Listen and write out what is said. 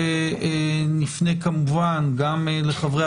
אחר כך נפנה כמובן גם לחברי